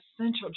essential